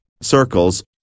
circles